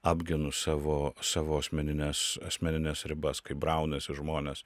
apgynu savo savo asmenines asmenines ribas kai braunasi žmonės